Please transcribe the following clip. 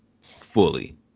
fully